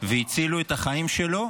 והצילו את החיים שלו.